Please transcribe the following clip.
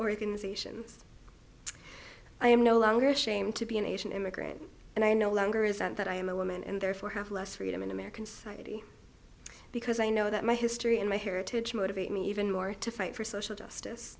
organizations i am no longer ashamed to be an asian immigrant and i no longer is that i am a woman and therefore have less freedom in american society because i know that my history and my heritage motivate me even more to fight for social justice